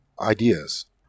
Ideas